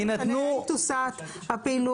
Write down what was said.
לא משנה אם תוסט הפעילות,